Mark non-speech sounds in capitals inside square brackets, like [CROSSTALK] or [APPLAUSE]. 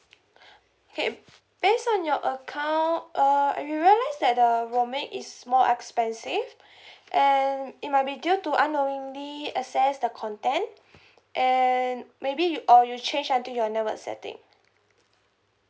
okay based on your account uh you realise that the roaming is more expensive [BREATH] and it might be due to unknowingly assess the content [BREATH] and maybe or you change on to your network setting